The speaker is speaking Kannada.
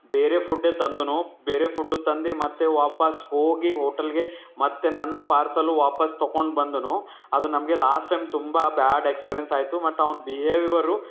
ಬೇರೆ ಫುಡ್ಡೇ ತಂದನು ಬೇರೆ ಫುಡ್ಡು ತಂದು ಮತ್ತೆ ವಾಪಸ್ ಹೋಗಿ ಹೋಟಲ್ಗೆ ಮತ್ತೆ ನನ್ನ ಪಾರ್ಸಲು ವಾಪಸ್ ತಗೊಂಡು ಬಂದನು ಅದು ನಮಗೆ ಲಾಸ್ಟ್ ಟೈಮ್ ತುಂಬ ಬ್ಯಾಡ್ ಎಕ್ಸ್ಪೀರಿಯನ್ಸ್ ಆಯಿತು ಮತ್ತು ಅವ್ನ ಬಿಹೇವಿವರು